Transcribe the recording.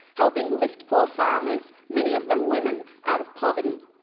helping lift poor farmers many of them women out of poverty.